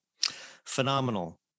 Phenomenal